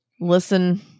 listen